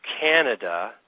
Canada